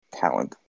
talent